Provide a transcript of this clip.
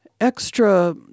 extra